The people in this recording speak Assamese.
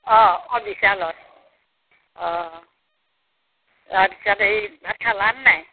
অঁ বিশালত অঁ তাৰ পিছত হেৰি ভাত খালানে নাই